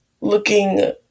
looking